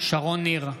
שרון ניר,